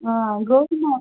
ஆ கோதுமை